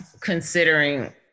considering